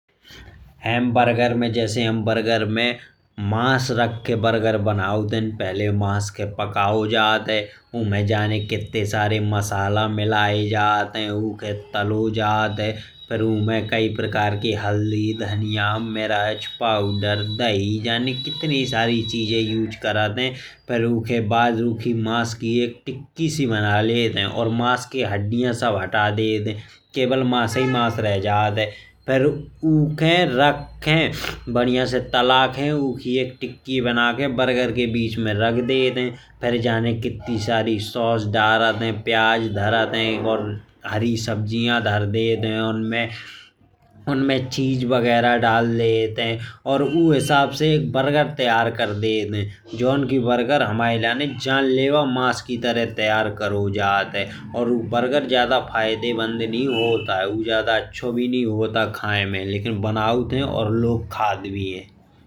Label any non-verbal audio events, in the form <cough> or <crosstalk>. हम बर्गर में जैसे हम बर्गर में मन रख्खे बर्गर बनाउत हैं, पहले मास खे पकाओ जात है। उम्हे जाने कित्ते सारे मसाला मिले जात है उखे तलो जात है। फिर उम्हे काई प्रकार की हल्दी धनिया मिर्च पाउडर दही जाने। कितनी <noise> सारी चीजें इस्तेमाल करत है। फिर उके बाद उखी मास की एक टिक्की सी बन जाती है। और मास की हदिया सब हटा दिया जाता है केवल मास ऐ मास रह जात है। फिर उके रख खे बढ़िया से ताला खे उखी एक टिक्की सी बना खे। बर्गर के बीच में रख देत है फिर जाने कितनी सारी सॉस डरत है। प्याज धरत है हरी सब्जी धर देत है और उन्हें चीज बगेरा दाल देत है। और आप हिसाब से एक बर्गर तैयार कर देते हैं। जोन की बर्गर हमें लाने जान लेवा मास की तरह तैयार करो जात है। और आपका बर्गर ज़्यादा फ़ायदेमंद नहीं गर्म आया। आपको ज़्यादा अच्छा भी नहीं लगा लेकिन बनौत है और लोग ख़त्म भी हो गए हैं।